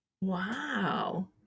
Wow